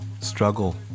struggle